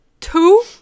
two